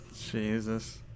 Jesus